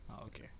Okay